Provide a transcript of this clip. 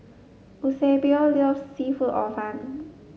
Eusebio loves seafood Hor Fun